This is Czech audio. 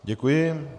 Děkuji.